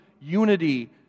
unity